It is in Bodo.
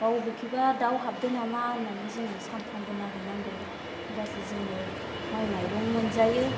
बा बबेखिबा दाउ हाबदों नामा होननानै जोङो सानफ्रोमबो नायहैनांगौ होनबासो जोङो माइ माइरं मोनजायो